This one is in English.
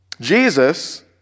Jesus